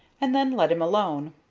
and then let him alone.